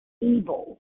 evil